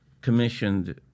commissioned